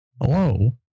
Hello